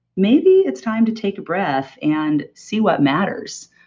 maybe it's time to take a breath and see what matters,